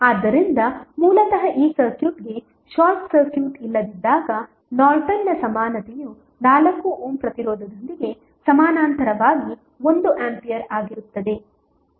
ಆದ್ದರಿಂದ ಮೂಲತಃ ಈ ಸರ್ಕ್ಯೂಟ್ಗೆ ಶಾರ್ಟ್ ಸರ್ಕ್ಯೂಟ್ ಇಲ್ಲದಿದ್ದಾಗ ನಾರ್ಟನ್ನ ಸಮಾನತೆಯು 4 ಓಮ್ ಪ್ರತಿರೋಧದೊಂದಿಗೆ ಸಮಾನಾಂತರವಾಗಿ 1 ಆಂಪಿಯರ್ ಆಗಿರುತ್ತದೆ